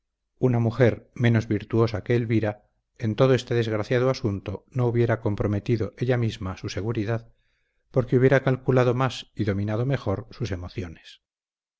una mujer menos virtuosa que elvira en todo este desgraciado asunto no hubiera comprometido ella misma su seguridad porque hubiera calculado más y dominado mejor sus emociones